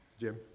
Jim